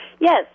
Yes